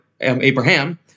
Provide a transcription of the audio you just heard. Abraham